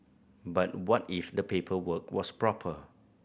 but what if the paperwork was proper